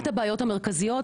אחת הבעיות המרכזיות,